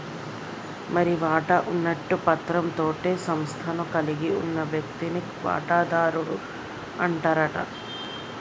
మరి వాటా ఉన్నట్టు పత్రం తోటే సంస్థను కలిగి ఉన్న వ్యక్తిని వాటాదారుడు అంటారట